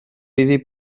iddi